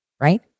right